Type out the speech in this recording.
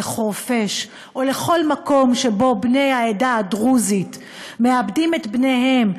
לחורפיש או לכל מקום שבו בני העדה הדרוזית מאבדים את בניהם,